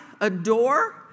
adore